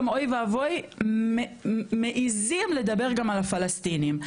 אוי ואבוי מעיזים לדבר גם על הפלסטינים,